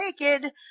naked